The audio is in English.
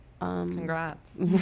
Congrats